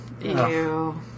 Ew